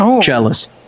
jealous